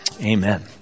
Amen